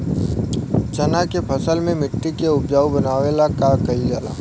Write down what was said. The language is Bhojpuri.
चन्ना के फसल में मिट्टी के उपजाऊ बनावे ला का कइल जाला?